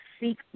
seek